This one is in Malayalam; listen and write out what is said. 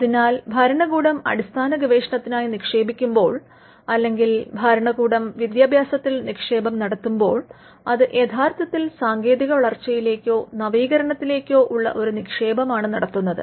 അതിനാൽ ഭരണകൂടം അടിസ്ഥാന ഗവേഷണത്തിനായി നിക്ഷേപിക്കുമ്പോൾ അല്ലെങ്കിൽ ഭരണകൂടം വിദ്യാഭ്യാസത്തിൽ നിക്ഷേപം നടത്തുമ്പോൾ അത് യഥാർത്ഥത്തിൽ സാങ്കേതിക വളർച്ചയിലേക്കോ നവീകരണത്തിലേക്കോ ഉള്ള ഒരു നിക്ഷേപമാണ് നടത്തുന്നത്